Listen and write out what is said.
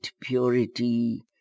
purity